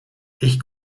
ich